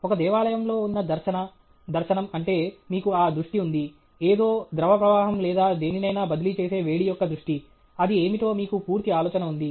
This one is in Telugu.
ఒక దేవాలయంలో ఉన్న దర్శన దర్శనం అంటే మీకు ఆ దృష్టి ఉంది ఏదో ద్రవ ప్రవాహం లేదా దేనినైనా బదిలీ చేసే వేడి యొక్క దృష్టి అది ఏమిటో మీకు పూర్తి ఆలోచన ఉంది